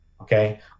okay